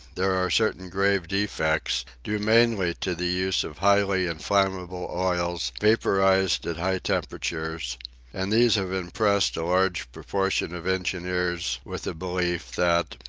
there are certain grave defects, due mainly to the use of highly inflammable oils vapourised at high temperatures and these have impressed a large proportion of engineers with a belief that,